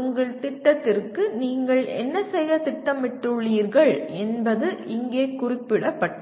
உங்கள் திட்டத்திற்கு நீங்கள் என்ன செய்ய திட்டமிட்டுள்ளீர்கள் என்பது இங்கே குறிப்பிடப்பட்டுள்ளது